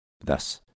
Thus